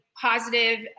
positive